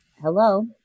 hello